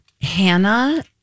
Hannah